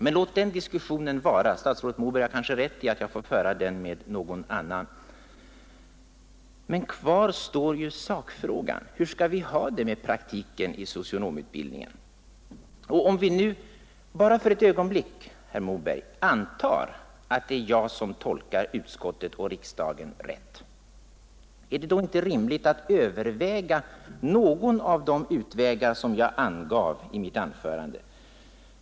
Men låt den diskussionen nu vara. Statsrådet Moberg har kanske rätt i att jag får föra den med någon annan. Kvar står dock sakfrågan: Hur skall man ha det med praktiken i socionomutbildningen? Om vi för ett ögonblick, herr Moberg, antar att det är jag som tolkar utskottet och riksdagen rätt, bör man då inte överväga någon av de utvägar som jag angav i mitt anförande?